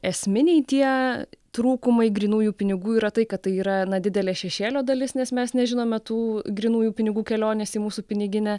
esminiai tie trūkumai grynųjų pinigų yra tai kad tai yra na didelė šešėlio dalis nes mes nežinome tų grynųjų pinigų kelionės į mūsų piniginę